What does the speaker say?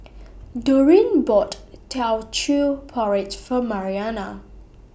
Doreen bought Teochew Porridge For Mariana